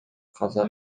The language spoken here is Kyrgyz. каза